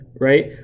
right